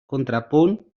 contrapunt